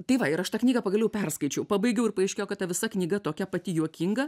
tai va ir aš tą knygą pagaliau perskaičiau pabaigiau ir paaiškėjo kad ta visa knyga tokia pati juokinga